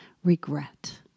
regret